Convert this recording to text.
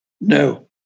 No